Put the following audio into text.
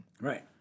Right